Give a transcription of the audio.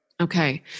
Okay